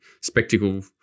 spectacle